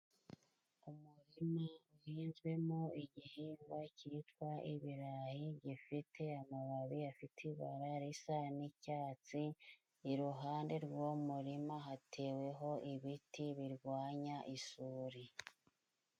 Umurima uhinzwemo igihingwa cyitwa ibirayi gifite amababi afite ibara risa n'cyatsi iruhande rwuwo murima hateweho ibiti birwanya isuri.